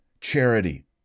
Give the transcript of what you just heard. charity